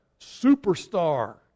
Superstar